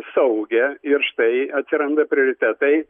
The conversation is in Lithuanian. saugią ir štai atsiranda prioritetai